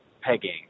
pegging